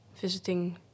visiting